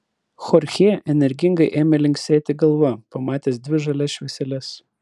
chorchė energingai ėmė linksėti galva pamatęs dvi žalias švieseles